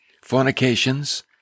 fornications